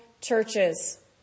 churches